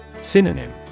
Synonym